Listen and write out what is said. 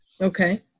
okay